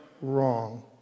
wrong